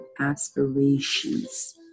aspirations